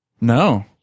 No